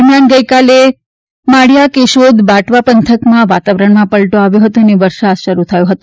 દરમિયાન ગઇકાલે માળિયા કેશોદ બાટવા પંથકમાં વાતાવરણમાં પલટો આવ્યો હતો અને વરસાદ શરૂ થયો હતો